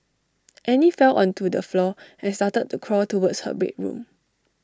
Annie fell onto the floor and started to crawl towards her bedroom